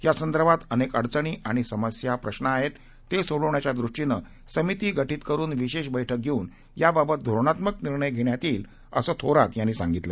यासंदर्भात अनेक अडचणी आणि समस्या आणि प्रश्न आहेत ते सोडविण्याच्या दृष्टीने समिती गठीत करून विशेष बैठक घेऊन याबाबत धोरणात्मक निर्णय घेण्यात येईल असं थोरात यांनी सांगितलं